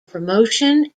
promotion